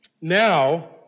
now